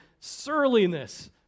surliness